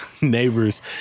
neighbors